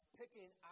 picking